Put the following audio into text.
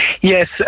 Yes